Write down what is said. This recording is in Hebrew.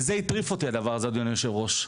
וזה הטריף אותי הדבר הזה, אדוני יושב הראש.